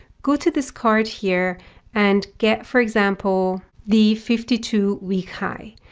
go to this card here and get, for example, the fifty two week high.